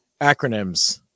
acronyms